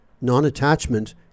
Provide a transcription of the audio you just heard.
Non-attachment